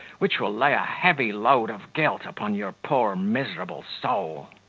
which will lay a heavy load of guilt upon your poor miserable soul.